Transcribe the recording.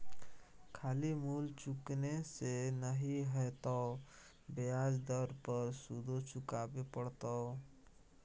खाली मूल चुकेने से नहि हेतौ ब्याज दर पर सुदो चुकाबे पड़तौ